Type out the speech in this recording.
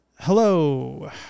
hello